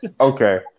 Okay